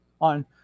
on